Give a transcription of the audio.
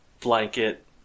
blanket